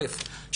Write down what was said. אל"ף,